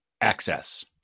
access